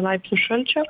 laipsnių šalčio